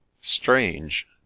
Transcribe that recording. Strange